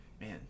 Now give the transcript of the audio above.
man